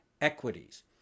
equities